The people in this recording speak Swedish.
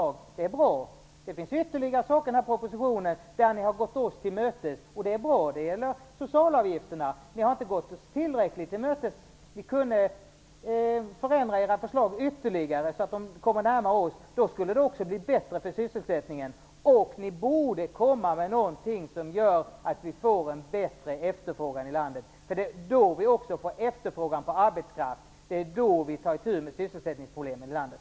Det är bra. Det finns ytterligare saker i propositionen där ni har gått oss till mötes. Det är bra. Det gäller t.ex. socialavgifterna. Men ni har inte gått oss tillräckligt till mötes. Ni kunde förändra era förslag ytterligare så att ni kom närmare oss. Det skulle vara bättre för sysselsättningen. Ni borde komma med någonting som gör att vi får en bättre efterfrågan i landet. Då får vi också efterfrågan på arbetskraft och tar itu med sysselsättningsproblemen i landet.